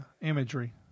imagery